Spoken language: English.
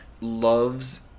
loves